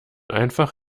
einfach